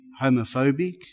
homophobic